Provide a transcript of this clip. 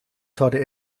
torte